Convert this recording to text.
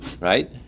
right